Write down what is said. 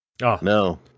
No